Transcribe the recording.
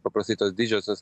paprastai tos didžiosios